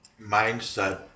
mindset